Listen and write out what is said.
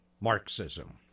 Marxism